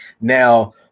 Now